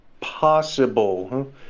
possible